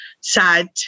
sad